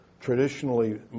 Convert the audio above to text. traditionally